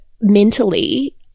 mentally